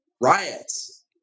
riots